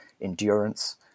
endurance